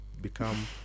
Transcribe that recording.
become